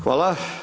Hvala.